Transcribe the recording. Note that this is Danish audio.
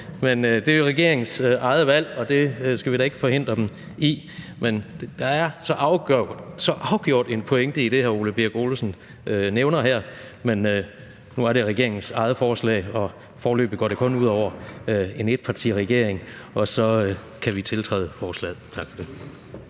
men det er jo regeringens eget valg, og det skal vi da ikke forhindre dem i. Men der er så afgjort en pointe i det, som hr. Birk Olesen nævner her. Men nu er det jo regeringens eget forslag, og foreløbig går det kun ud over en etpartiregering, og så kan vi tiltræde forslaget. Tak for det.